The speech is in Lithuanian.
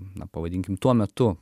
na pavadinkim tuo metu